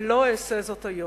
ולא אעשה זאת היום.